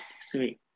sweet